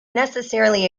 necessarily